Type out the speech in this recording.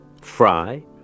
Fry